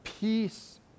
peace